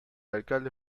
alcalde